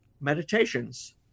meditations